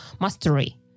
mastery